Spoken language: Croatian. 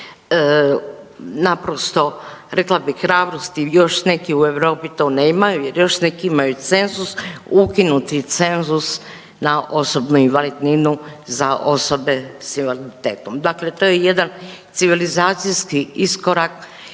naprosto, rekla bih, hrabrosti, još neki u Europi to nemaju jer još neki imaju cenzus, ukinuti cenzus na osobnu invalidninu za osobe s invaliditetom. Dakle, to je civilizacijski iskorak